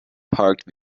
parked